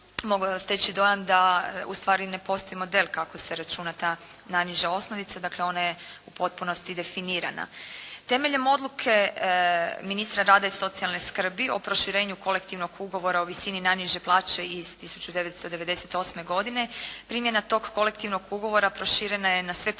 da ustvari ne postoji model kako se računa ta najniža osnovica, dakle ona je u potpunosti definirana. Temeljem Odluke ministra rada i socijalne skrbi o proširenju kolektivnog ugovora o visini najniže plaće iz 1998. godine, primjena tog kolektivnog ugovora proširena je na sve poslodavce